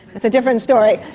it's a different story!